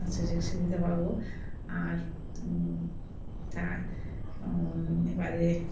সুযোগ সুবিধা পাবো আর তা এবারে